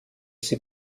sie